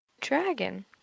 Dragon